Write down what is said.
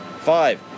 Five